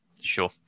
Sure